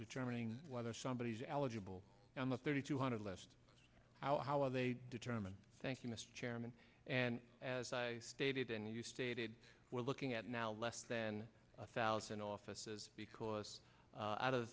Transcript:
determining whether somebody is eligible and the thirty two hundred left how are they determine thank you mr chairman and as i stated and you stated we're looking at now less than a thousand offices because out of